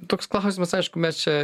toks klausimas aišku mes čia